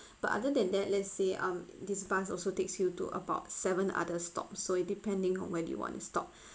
but other than that let's say um this bus also takes you to about seven other stop so it depending on where do you want to stop